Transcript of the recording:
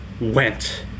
went